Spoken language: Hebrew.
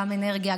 גם אנרגיה,